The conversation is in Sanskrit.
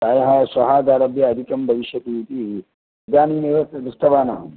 प्रायः श्वहः आरभ्य अधिकं भविष्यति इति इदानीमेव अत्र दृष्टवान् अहं